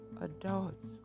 adults